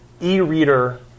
e-reader